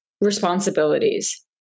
responsibilities